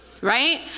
right